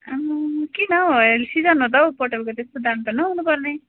आम्मामा किन हौ अहिले सिजन हो त हौ पोटलको त्यत्रो दाम त नहुनु पर्ने